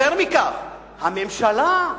יותר מכך, הממשלה,